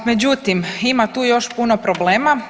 Međutim, ima tu još i puno problema.